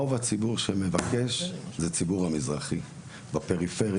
רוב הציבור שמבקש זה ציבור המזרחי בפריפריה,